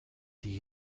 die